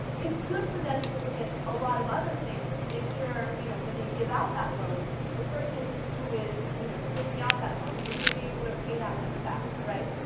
it's good for them to look at allot of other things to make sure you know when they give out that loan the person who is you know taking out that mortgage is gonna be able to pay that money back um.